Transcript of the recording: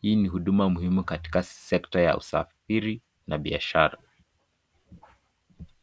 Hii ni huduma muhimu katika sekta ya usafiri na biashara.